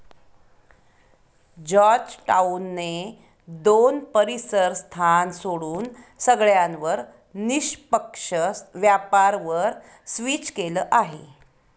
Georgetown ने दोन परीसर स्थान सोडून सगळ्यांवर निष्पक्ष व्यापार वर स्विच केलं आहे